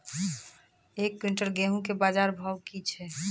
एक क्विंटल गेहूँ के बाजार भाव की छ?